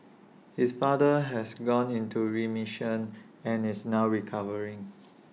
his father has gone into remission and is now recovering